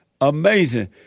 amazing